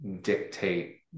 dictate